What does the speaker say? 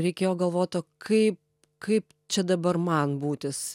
reikėjo galvot o kaip kaip čia dabar man būtis